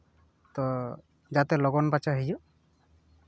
ᱛᱚ ᱡᱟᱛᱮ ᱞᱚᱜᱚᱱ ᱢᱟᱪᱷᱟ ᱦᱩᱭᱩᱜ